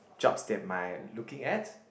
jobs that might looking at